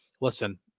Listen